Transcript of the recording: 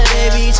Baby